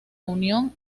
unión